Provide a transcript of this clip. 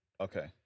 Okay